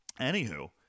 anywho